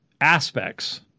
aspects